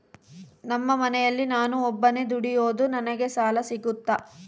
ನಮ್ಮ ಮನೆಯಲ್ಲಿ ನಾನು ಒಬ್ಬನೇ ದುಡಿಯೋದು ನನಗೆ ಸಾಲ ಸಿಗುತ್ತಾ?